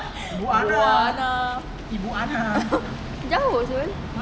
jauh [siol]